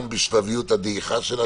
גם עם הדעיכה שלה,